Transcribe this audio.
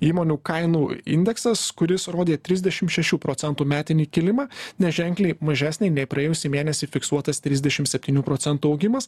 įmonių kainų indeksas kuris rodė trisdešim šešių procentų metinį kilimą neženkliai mažesnį nei praėjusį mėnesį fiksuotas trisdešim septynių procentų augimas